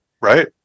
Right